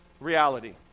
reality